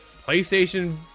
PlayStation